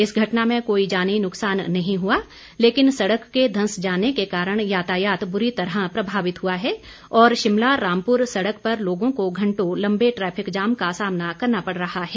इस घटना में कोई जानी नुकसान नहीं हुआ लेकिन सड़क के धंस जाने के कारण यातायात बुरी तरह प्रभावित हुआ है और शिमला रामपुर सड़क पर लोगों को घंटों लम्बे ट्रैफिक जाम का सामना करना पड़ रहा है